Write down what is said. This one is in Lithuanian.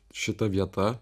šita vieta